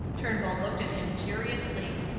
turnbull looked at him curiously.